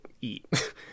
eat